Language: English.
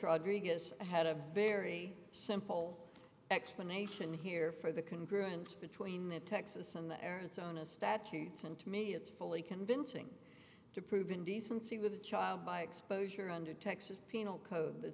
rodriguez had a very simple explanation here for the can grow and between the texas and the arizona statutes and to me it's fully convincing to prove indecency with a child by exposure under texas penal code th